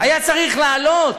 היה צריך לעלות.